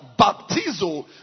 baptizo